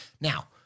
Now